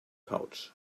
pouch